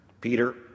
Peter